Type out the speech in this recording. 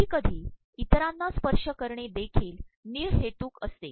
कधीकधी इतरांना स्त्पशय करणे देखील तनहेतुक असते